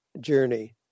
journey